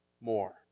more